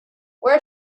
where